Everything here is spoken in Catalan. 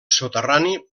soterrani